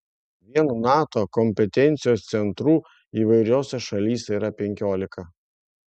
vien nato kompetencijos centrų įvairiose šalyse yra penkiolika